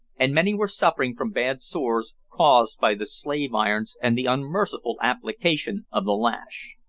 and many were suffering from bad sores caused by the slave-irons and the unmerciful application of the lash.